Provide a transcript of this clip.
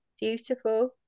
beautiful